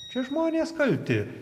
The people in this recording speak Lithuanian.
čia žmonės kalti